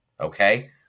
okay